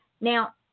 Now